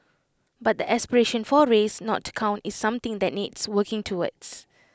but the aspiration for race not to count is something that needs working towards